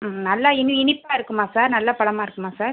ம் நல்லா இனி இனிப்பாக இருக்குமா சார் நல்ல பழமா இருக்குமா சார்